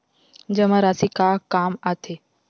जमा राशि का काम आथे?